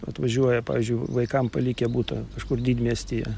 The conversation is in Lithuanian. atvažiuoja pavyzdžiui vaikam palikę butą kažkur didmiestyje